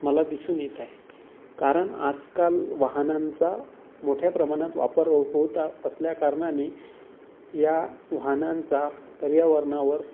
मला दिसून येत आहे कारण आजकाल वाहनांचा मोठ्या प्रमाणात वापर होता असल्या कारणाने या वाहनांचा पर्यावरणावर